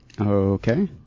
Okay